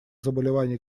заболеваний